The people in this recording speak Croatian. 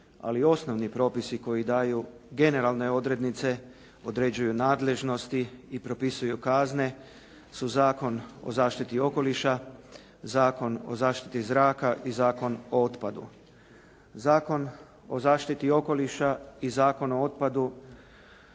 ali osnovni propisi koji daju generalne odrednice, određuju nadležnosti i propisuju kazne su Zakon o zaštiti okoliša, Zakon o zaštiti zraka i Zakon o otpadu. Zakon o zaštiti okoliša i Zakon o otpadu